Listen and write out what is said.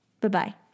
Bye-bye